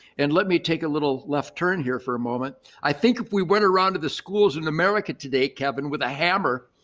and let me take a little left turn here for a moment. i think if we went around to the schools in america today, kevin, with a hammer,